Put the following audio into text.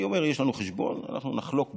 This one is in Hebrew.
אני אומר: יש לנו חשבון, אנחנו נחלוק בו.